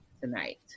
tonight